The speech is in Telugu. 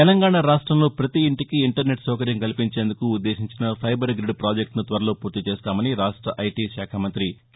తెలంగాణ రాష్టంలో ప్రతీ ఇంటికి ఇంటర్నెట్ సౌకర్యం కల్పించేందుకు ఉద్దేశించిన ఫైబర్ గ్రిడ్ పాజెక్టును త్వరలో ఫూర్తిచేస్తామని రాష్ట ఐటీ శాఖ మంతి కె